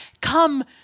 Come